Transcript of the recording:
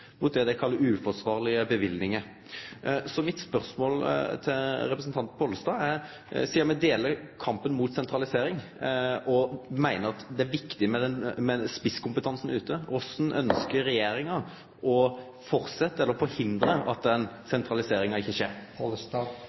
mot det dei kallar uforsvarlege løyvingar. Mitt spørsmål til representanten Pollestad er – sidan me står saman i kampen mot sentralisering og meiner at det er viktig med spisskompetanse: Korleis ønskjer regjeringa å hindre at den sentraliseringa ikkje skjer?